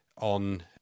on